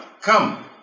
come